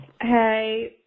Hey